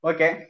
Okay